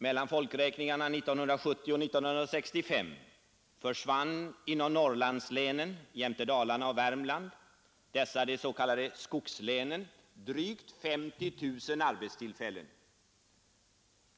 Mellan folkräkningarna 1970 och 1965 försvann inom Norrlandslänen jämte Dalarna och Värmland — de s.k. skogslänen — drygt 50 000 arbetstillfällen.